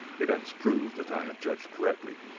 events proved that i had judged correctly.